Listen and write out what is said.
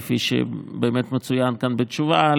כפי שבאמת מצוין כאן בתשובה,